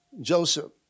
Joseph